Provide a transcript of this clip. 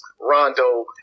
Rondo